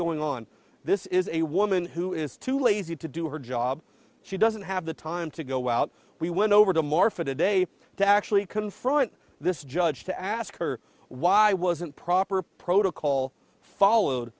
going on this is a woman who is too lazy to do her job she doesn't have the time to go out we went over to marfa today to actually confront this judge to ask her why wasn't proper protocol followed